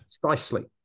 precisely